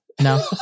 no